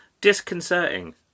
disconcerting